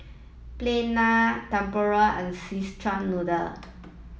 plain naan Tempoyak and Szechuan noodle